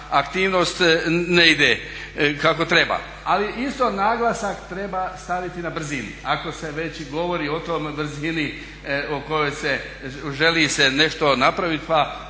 aktivnost ne ide kako treba. Ali isto naglasak treba staviti na brzinu, ako se već govori o toj brzini o kojoj se, želi se nešto napraviti